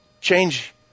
Change